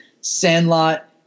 Sandlot